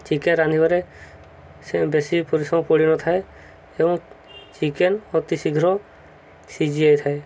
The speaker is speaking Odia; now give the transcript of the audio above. ଚିକେନ୍ ରାନ୍ଧିବାରେ ସେ ବେଶୀ ପରିଶ୍ରମ ପଡ଼ିନଥାଏ ଏବଂ ଚିକେନ୍ ଅତି ଶୀଘ୍ର ସିଝି ଯାଇଥାଏ